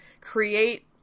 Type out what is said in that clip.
create